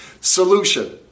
solution